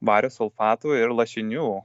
vario sulfatų ir lašinių